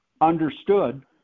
understood